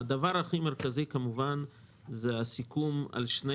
הדבר הכי מרכזי כמובן הוא הסיכום על שני